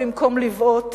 במקום לבעוט,